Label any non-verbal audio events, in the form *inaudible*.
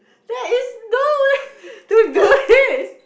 there is no way to do this *laughs*